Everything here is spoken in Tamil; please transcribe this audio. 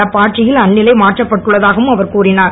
நடப்பாட்சியில் அந்நிலை மாற்றப்பட்டுள்ளதாகவும் அவர் கூறிஞர்